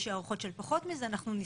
יש הערכות של פחות מזה,